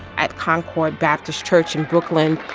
at concord baptist church in brooklyn.